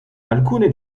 alcune